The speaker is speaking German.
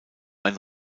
ein